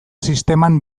sisteman